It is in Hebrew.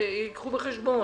ושייקחו בחשבון